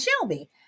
Shelby